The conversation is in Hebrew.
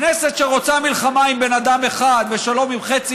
כנסת שרוצה מלחמה עם בן אדם אחד ושלום עם חצי